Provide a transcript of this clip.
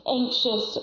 anxious